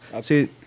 See